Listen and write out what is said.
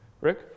Rick